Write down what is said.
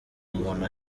umuntu